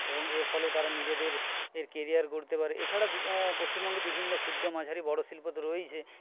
এবং এরফলেও তারা নিজেদের কেরিয়ার গড়তে পারে এছাড়া পশ্চিমবঙ্গে বিভিন্ন ক্ষুদ্র মাঝারি বড়ো শিল্প তো রয়েইছে